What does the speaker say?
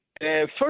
First